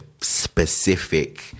specific